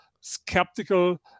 skeptical